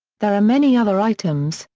there are many other items,